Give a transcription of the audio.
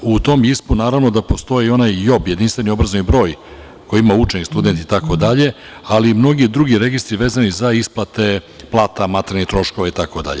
U tom JISP-u naravno da postoji onaj JOB, jedinstveni obrazovni broj koji ima učenik, student, itd, ali i mnogi drugi registri vezaneo za isplate plata, materijalnih troškova, itd.